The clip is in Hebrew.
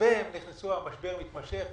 המשבר מתמשך,